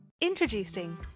Introducing